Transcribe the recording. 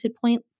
point